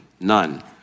None